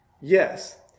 Yes